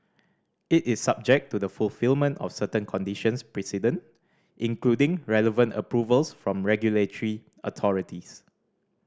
it is subject to the fulfilment of certain conditions precedent including relevant approvals from regulatory authorities